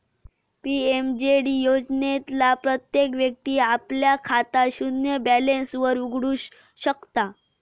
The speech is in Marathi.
पी.एम.जे.डी योजनेतना प्रत्येक व्यक्ती आपला खाता शून्य बॅलेंस वर उघडु शकता